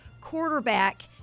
quarterback